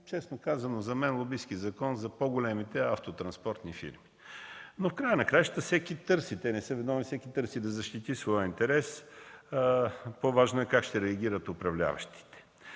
Честно казано, за мен – лобистки закон за по-големите автотранспортни фирми. В края на краищата всеки търси – те не са виновни, да защити своя интерес, но по-важно е как ще реагират управляващите.